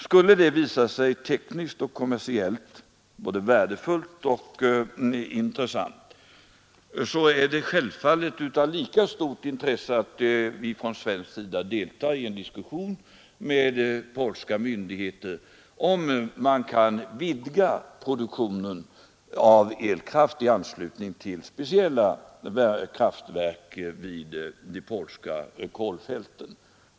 Skulle det visa sig tekniskt och kommersiellt värdefullt och intressant, är det självfallet av lika stort intresse att vi från svensk sida deltar i en diskussion med polska myndigheter om att vidga produktionen av elkraft i anslutning till speciella kraftverk vid de polska kolfälten.